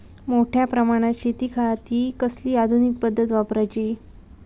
मोठ्या प्रमानात शेतिखाती कसली आधूनिक पद्धत वापराची?